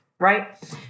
Right